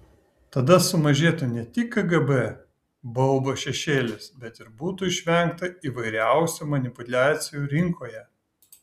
tada sumažėtų ne tik kgb baubo šešėlis bet ir būtų išvengta įvairiausių manipuliacijų rinkoje